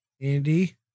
Andy